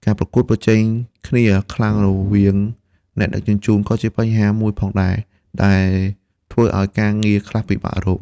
ការប្រកួតប្រជែងគ្នាខ្លាំងរវាងអ្នកដឹកជញ្ជូនក៏ជាបញ្ហាមួយផងដែរ ដែលធ្វើឲ្យការងារខ្លះពិបាករក។